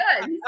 good